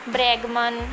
Bregman